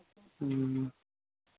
ह्म्म